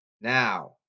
Now